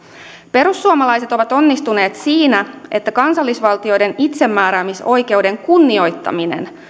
perussuomalaiset ovat onnistuneet siinä että kansallisvaltioiden itsemääräämisoikeuden kunnioittaminen